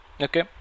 Okay